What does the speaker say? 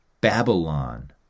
Babylon